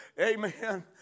Amen